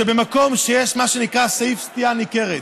שבמקום שיש סעיף סטייה ניכרת,